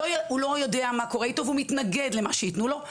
לא יודע מה קורה איתו ומתנגד למה שייתנו לו,